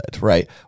right